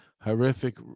horrific